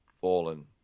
fallen